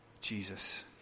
Jesus